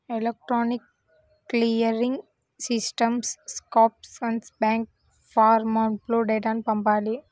electronic clearing సిస్టమ్కి sponsor bank ఫారమ్లో డేటాను పంపాలి